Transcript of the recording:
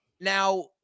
now